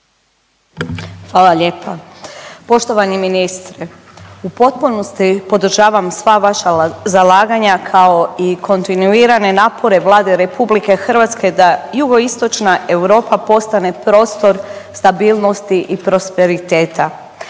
Hvala lijepa. Poštovani ministre u potpunosti podržavam sva vaša zalaganja kao i kontinuirane napore Vlade Republike Hrvatske da jugoistočna Europa postane prostor stabilnosti i prosperiteta.